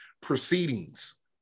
proceedings